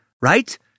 right